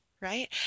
right